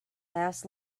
laughs